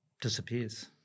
disappears